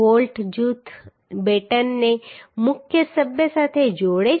bolt જૂથ બેટનને મુખ્ય સભ્ય સાથે જોડે છે